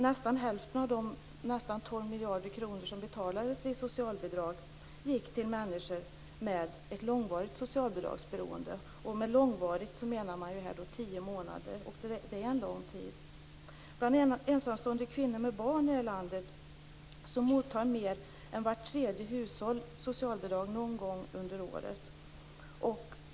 Nästan hälften av de nästan 12 miljarder kronor som betalades i socialbidrag gick till människor med ett långvarigt socialbidragsberoende. Med långvarigt menar man här 10 månader, och det är en lång tid. Bland ensamstående kvinnor med barn i det här landet mottar mer än vart tredje hushåll socialbidrag någon gång under året.